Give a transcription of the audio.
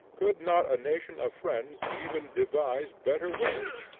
could not a nation of friends even devise better ways?